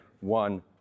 one